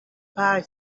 bye